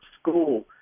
school